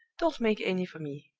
don't make any for me.